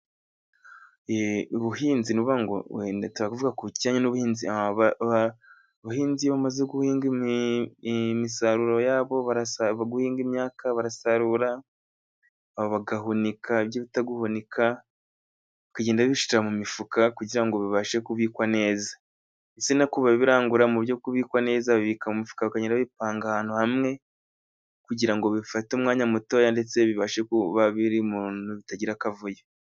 Ubuhinzi, ni ukuvuga ngo ndashaka kuvuga ku kintu kijyanye n'ubuhinzi. Abahinzi iyo bamaze guhinga imisaruro yabo (guhinga imyaka) barasarura bagahunika (byo bita guhunika) bakagenda babishyira mu mifuka kugira ngo bibashe kubikwa neza. Na kuriya babirangura mu buryo bwo kubikwa neza, babibika mu mifuka bakagenda babipanga ahantu hamwe, kugira ngo bifate umwanya mutoya ndetse bibashe kuba biri mu nzu itagira akavuyo.